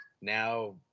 Now